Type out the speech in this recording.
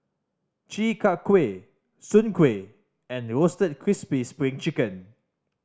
Chi Kak Kuih soon kway and Roasted Crispy Spring Chicken